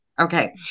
Okay